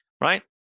right